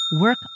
work